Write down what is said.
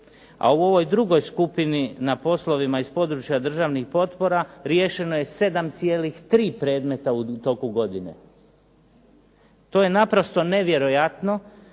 a u ovoj drugoj skupini na poslovima iz područja državnih potpora riješeno je 7,3 predmeta u toku godine. To je naprosto nevjerojatno